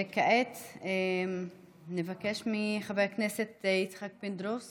וכעת נבקש מחבר הכנסת יצחק פינדרוס